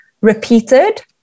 repeated